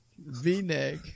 V-neck